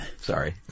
Sorry